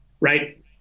right